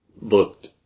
looked